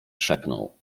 szepnął